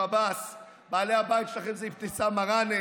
בעלי הבית שלכם זה מנסור עבאס,